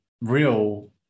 real